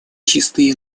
чистой